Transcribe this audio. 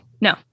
no